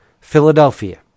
Philadelphia